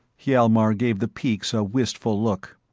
hjalmar gave the peaks a wistful look.